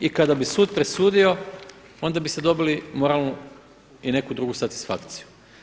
I kada bi sud presudio onda biste dobili moralnu i neku drugu satisfakciju.